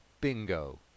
Bingo